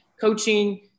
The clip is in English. coaching